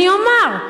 אני אומר,